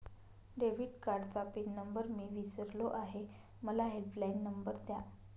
debit कार्डचा pin number मी विसरलो आहे मला हेल्पलाइन नंबर द्या